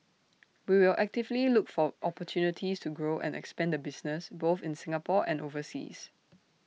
we will actively look for opportunities to grow and expand the business both in Singapore and overseas